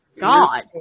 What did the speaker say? God